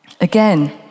Again